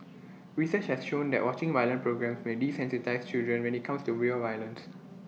research has shown that watching violent programmes may desensitise children when IT comes to real violence